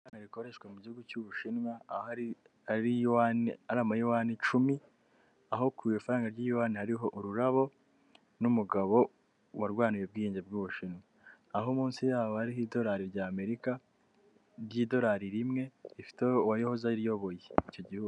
Ifaranga rikoreshwa mu gihugu cy'ubushinwa, aho ari amayuwani icumi, aho ku ifaranga ry'iyuwani hariho ururabo n'umugabo warwaniye ubwigenge bw'ubushinwa, aho munsi yaho hariho idolari ry' Amerika ry'idolari rimwe rifiteho uwahoze ayoboye icyo gihugu.